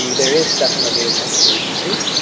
there is definitely a sense of urgency.